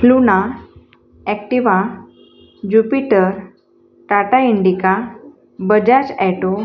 प्लुना Activa Jupiter Tata Indica Bajaj auto